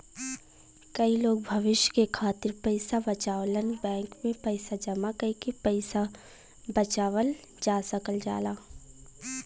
कई लोग भविष्य के खातिर पइसा बचावलन बैंक में पैसा जमा कइके पैसा बचावल जा सकल जाला